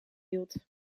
hield